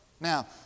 Now